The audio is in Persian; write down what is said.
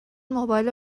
موبایل